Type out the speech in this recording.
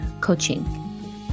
coaching